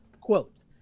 Quote